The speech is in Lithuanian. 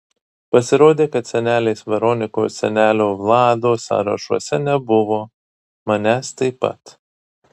pasirodė kad senelės veronikos senelio vlado sąrašuose nebuvo manęs taip pat